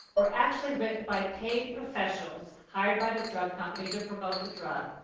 were actually written by paid professionals hired by the drug company to promote the drug.